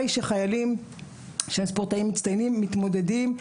היא שהספורטאים הצעירים מתמודדים עם זה בעצמם.